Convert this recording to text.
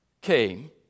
came